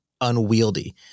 unwieldy